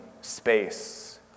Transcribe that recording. space